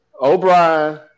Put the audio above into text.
O'Brien